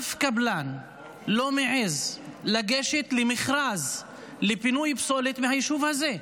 אף קבלן לא מעז לגשת למכרז לפינוי פסולת מהיישוב הזה.